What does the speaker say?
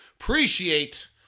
Appreciate